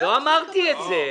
לא אמרתי את זה.